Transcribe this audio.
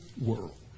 world